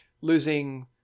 losing